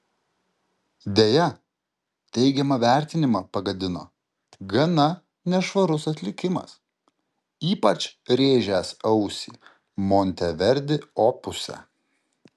deja teigiamą vertinimą pagadino gana nešvarus atlikimas ypač rėžęs ausį monteverdi opuse